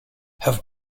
have